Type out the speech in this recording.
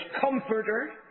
comforter